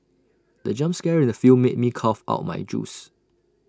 the jump scare in the film made me cough out my juice